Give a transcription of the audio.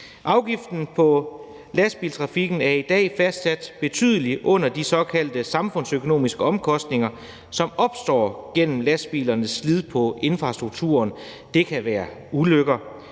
Afgiften på lastbiltrafikken er i dag fastsat betydelig under de såkaldte samfundsøkonomiske omkostninger, som opstår gennem lastbilernes slid på infrastrukturen: Det kan være ulykker,